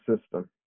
system